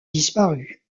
disparu